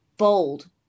bold